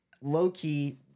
low-key